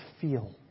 feel